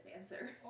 answer